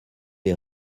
les